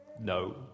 no